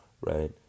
right